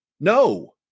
No